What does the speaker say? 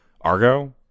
Argo